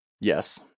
Yes